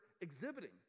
exhibiting